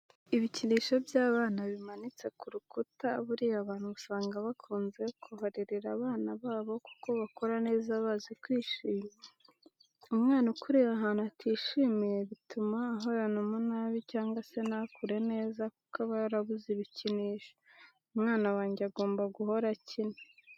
Ibikinisho by'abana bimanitse ku rukuta, buriya abantu usanga bakunze kuharerera abana babo kuko bakura neza bazi kwishima. Umwana ukuriye ahantu atishimiye bituma ahorana umunabi cyangwa se ntakure neza kuko aba yarabuze ibikinisho. Umwana wanjye agomba guhora akina.